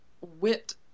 whipped